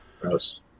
Gross